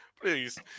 please